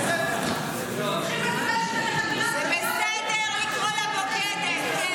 --- זה בסדר לקרוא לה "בוגדת".